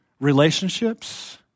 relationships